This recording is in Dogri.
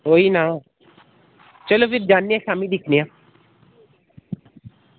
कोई ना चलो भी जन्ने आं फिर दिक्खने आं